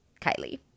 kylie